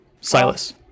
Silas